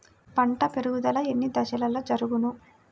పంట పెరుగుదల ఎన్ని దశలలో జరుగును?